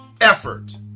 effort